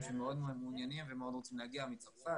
שמאוד מאוד רוצים ומעוניינים להגיע מצרפת,